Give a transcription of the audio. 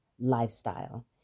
lifestyle